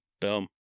boom